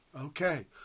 Okay